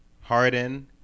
Harden